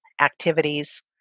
activities